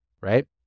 right